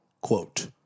Quote